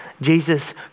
Jesus